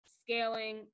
scaling